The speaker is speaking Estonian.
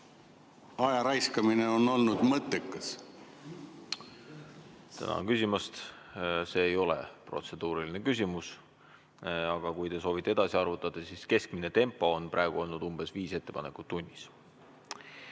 ajaraiskamine on olnud mõttekas? Tänan küsimast! See ei ole protseduuriline küsimus. Aga kui te soovite edasi arvutada, siis keskmine tempo on praegu olnud umbes viis ettepanekut tunnis.